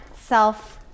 self